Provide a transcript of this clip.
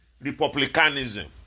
republicanism